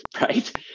right